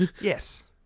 Yes